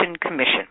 Commission